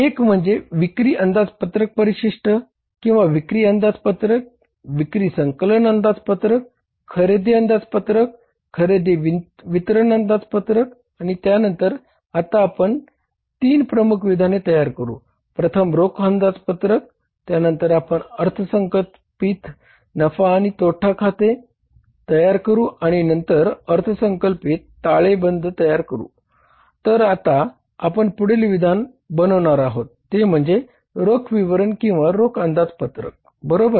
एक म्हणजे विक्री अंदाजपत्रक परिशिष्ट तयार करू तर आता आपण पुढील विधान बनवणार आहोत ते म्हणजे रोख विवरणपत्र किंवा रोख अंदाजपत्रक बरोबर